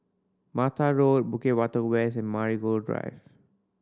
Mata Road Bukit Batok West and Marigold Drive